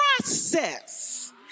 process